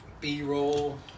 B-roll